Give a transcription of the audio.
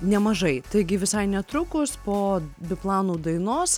nemažai taigi visai netrukus po biplanų dainos